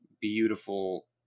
beautiful